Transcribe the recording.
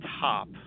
top